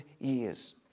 years